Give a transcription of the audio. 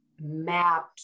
mapped